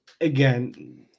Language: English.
again